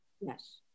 Yes